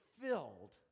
Filled